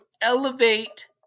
elevate